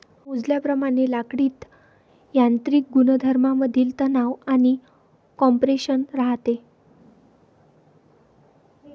मोजल्याप्रमाणे लाकडीत यांत्रिक गुणधर्मांमधील तणाव आणि कॉम्प्रेशन राहते